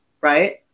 right